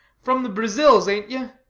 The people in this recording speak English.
from the brazils, ain't you?